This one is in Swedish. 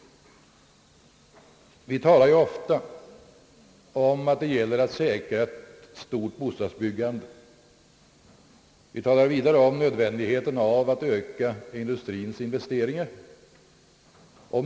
Vi talar ju ofta om att det gäller att säkra ett stort bostadsbyggande och vidare om nödvändigheten av att öka industriens investeringar.